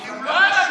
לא.